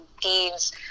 deeds